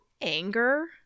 anger